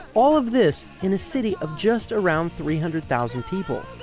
all of this in a city of just around three hundred thousand people